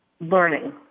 learning